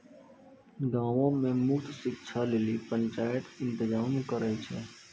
गांवो मे मुफ्त शिक्षा लेली पंचायत इंतजाम करै छै